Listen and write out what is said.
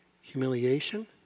humiliation